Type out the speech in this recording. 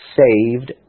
saved